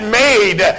made